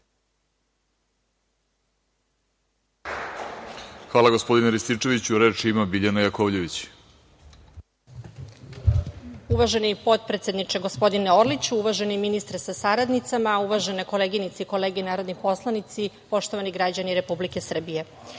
Hvala gospodine Rističeviću. Reč ima Biljana Jakovljević. **Biljana Jakovljević** Uvaženi potpredsedniče, gospodine Orliću, uvaženi ministre sa saradnicima, uvažene koleginice i kolege narodni poslanici, poštovani građani Republike Srbije,